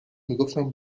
میگفتم